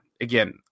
again